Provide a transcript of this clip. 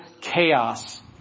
chaos